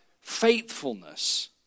faithfulness